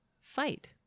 fight